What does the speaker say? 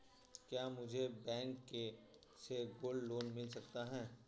क्या मुझे बैंक से गोल्ड लोंन मिल सकता है?